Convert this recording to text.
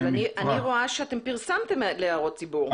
אבל אני רואה שאתם פרסמתם להערות ציבור.